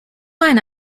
eine